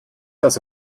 das